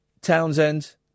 Townsend